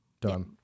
Done